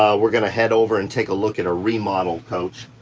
um we're gonna head over and take a look at a remodel coach,